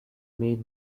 made